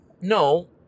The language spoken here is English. no